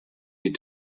need